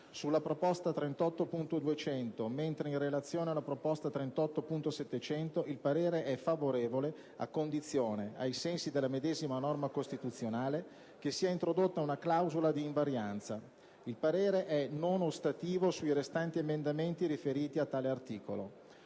sulla proposta 38.200, mentre in relazione alla proposta 38.700 il parere è favorevole a condizione, ai sensi della medesima norma costituzionale, che sia introdotta una clausola di invarianza. Il parere è non ostativo sui restanti emendamenti riferiti a tale articolo.